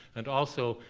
and also,